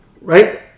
right